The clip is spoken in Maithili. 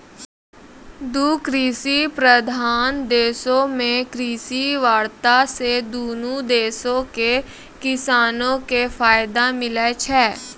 दु कृषि प्रधान देशो मे कृषि वार्ता से दुनू देशो के किसानो के फायदा मिलै छै